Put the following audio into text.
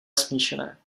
smíšené